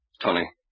Tony